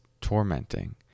tormenting